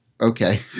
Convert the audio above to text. Okay